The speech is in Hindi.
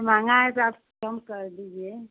महँगा है साहब कम कर दीजिए